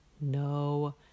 no